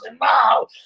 now